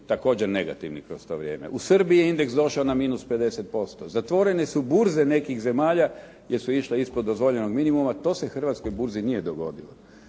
također negativni kroz to vrijeme. U Srbiji je indeks došao na minus 50%, zatvorene su burze nekih zemalja jer su išle ispod dozvoljenog minimuma, to se hrvatskoj burzi nije dogodilo.